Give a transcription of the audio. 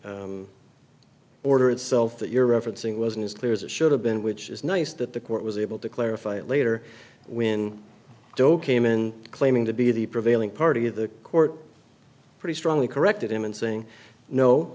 the order itself that you're referencing wasn't as clear as it should have been which is nice that the court was able to clarify it later when joe came in claiming to be the prevailing party of the court pretty strongly corrected him in saying no